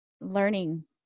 learning